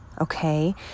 Okay